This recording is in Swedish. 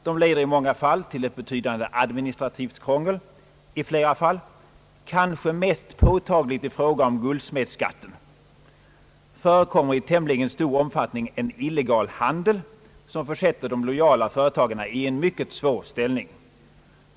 De leder i många fall till ett betydande administrativt krångel. I flera fall — kanske mest påtagligt i fråga om guldsmedsskatten — förekommer i tämligen stor omfattning en illegal handel, som försätter de lojala företagarna i en mycket svår ställning.